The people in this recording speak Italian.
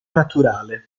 naturale